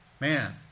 Man